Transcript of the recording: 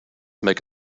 make